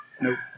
Nope